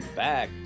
back